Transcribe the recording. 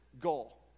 goal